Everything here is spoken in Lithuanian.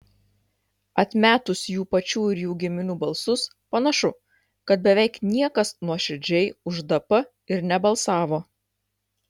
atmetus jų pačių ir jų giminių balsus panašu kad beveik niekas nuoširdžiai už dp ir nebalsavo